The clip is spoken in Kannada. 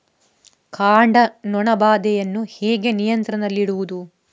ಕಾಂಡ ನೊಣ ಬಾಧೆಯನ್ನು ಹೇಗೆ ನಿಯಂತ್ರಣದಲ್ಲಿಡುವುದು?